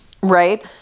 Right